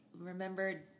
Remembered